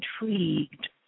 intrigued